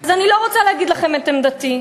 אז אני לא רוצה להגיד לכם את עמדתי.